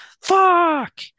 fuck